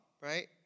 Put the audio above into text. right